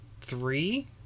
three